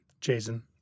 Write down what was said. Jason